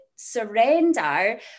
surrender